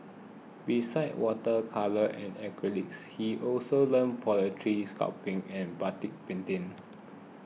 besides water colour and acrylics he also learnt pottery sculpting and batik painting